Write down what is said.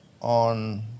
on